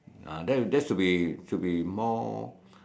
uh that that should be should be more